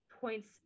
points